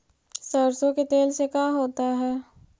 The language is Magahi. सरसों के तेल से का होता है?